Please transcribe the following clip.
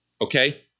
okay